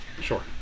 sure